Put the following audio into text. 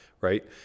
right